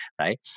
right